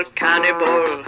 cannibal